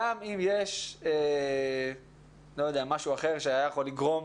גם אם יש משהו אחר שהיה יכול לגרום